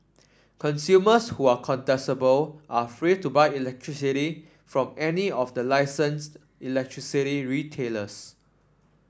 consumers who are contestable are free to buy electricity from any of the licensed electricity retailers